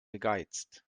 gegeizt